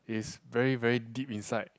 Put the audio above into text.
is very very deep inside